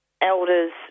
elders